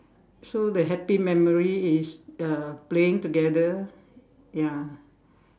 so the happy memory is uh playing together ya